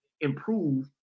improve